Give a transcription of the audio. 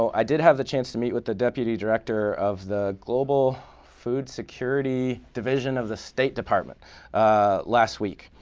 i did have the chance to meet with the deputy director of the global food security division of the state department last week,